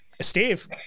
Steve